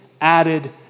added